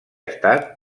estat